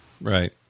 Right